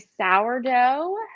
sourdough